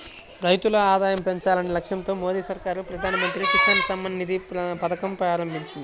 రైతుల ఆదాయం పెంచాలనే లక్ష్యంతో మోదీ సర్కార్ ప్రధాన మంత్రి కిసాన్ సమ్మాన్ నిధి పథకాన్ని ప్రారంభించింది